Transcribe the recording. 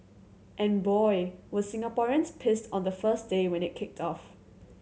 and boy were Singaporeans pissed on the first day when it kicked off